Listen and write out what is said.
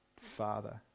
Father